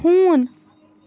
ہوٗن